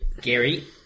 Gary